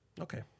Okay